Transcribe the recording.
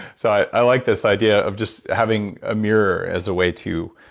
so i like this idea of just having a mirror as a way to